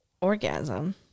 Orgasm